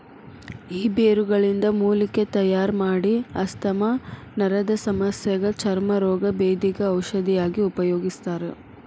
ಈ ಬೇರುಗಳಿಂದ ಮೂಲಿಕೆ ತಯಾರಮಾಡಿ ಆಸ್ತಮಾ ನರದಸಮಸ್ಯಗ ಚರ್ಮ ರೋಗ, ಬೇಧಿಗ ಔಷಧಿಯಾಗಿ ಉಪಯೋಗಿಸ್ತಾರ